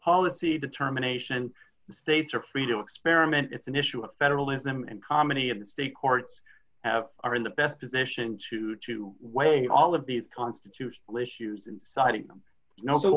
policy determination the states are free to experiment it's an issue of federalism and comedy of the state courts have are in the best position to to weigh all of these constitutional issues inside of them you know so